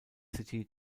city